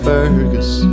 Fergus